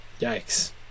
Yikes